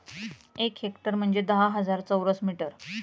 एक हेक्टर म्हणजे दहा हजार चौरस मीटर